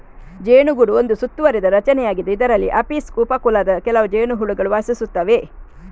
ಜೇನುಗೂಡು ಒಂದು ಸುತ್ತುವರಿದ ರಚನೆಯಾಗಿದ್ದು, ಇದರಲ್ಲಿ ಅಪಿಸ್ ಉಪ ಕುಲದ ಕೆಲವು ಜೇನುಹುಳುಗಳು ವಾಸಿಸುತ್ತವೆ